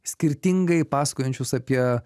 skirtingai pasakojančius apie